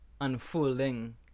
unfolding